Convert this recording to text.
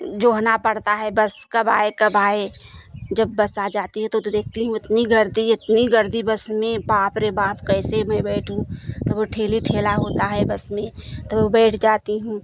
जोहना पड़ता है बस कब आए कब आए जब बस आ जाती है तो तो देखती हूँ इतनी गर्दी इतनी गर्दी बस में बाप रे बाप कैसे मैं बैठूं तब वो ठेली ठेला होता है बस में तो वो बैठ जाती हूँ